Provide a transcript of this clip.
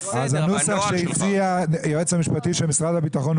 הנוסח שהציע היועץ המשפטי של משרד הביטחון,